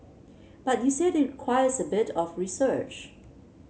but you said it requires a bit of research